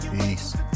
Peace